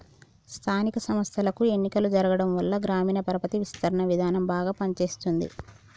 స్థానిక సంస్థలకు ఎన్నికలు జరగటంవల్ల గ్రామీణ పరపతి విస్తరణ విధానం బాగా పని చేస్తుంది